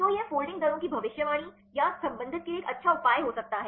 तो यह फोल्डिंग दरों की भविष्यवाणी या संबंधित के लिए एक अच्छा उपाय हो सकता है